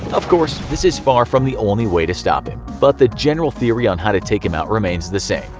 of course this is far from the only way to stop him, but the general theory on how to take him out remains the same,